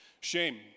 Shame